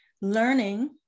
learning